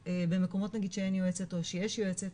במקומות נגיד שאין יועצת או שיש יועצת,